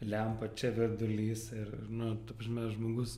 lempa čia virdulys ir ir nu ta prasme žmogus